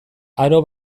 aro